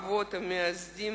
האבות המייסדים,